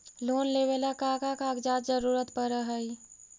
Loan लेवेला का का कागजात जरूरत पड़ हइ?